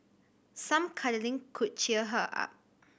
some cuddling could cheer her up